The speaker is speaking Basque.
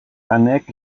anek